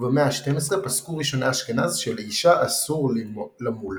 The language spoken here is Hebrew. ובמאה ה-12 פסקו ראשוני אשכנז שלאישה אסור למול.